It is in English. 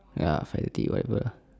ya five thirty whatever lah